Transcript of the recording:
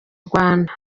rwanda